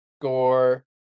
score